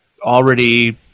already